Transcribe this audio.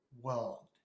world